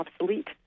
obsolete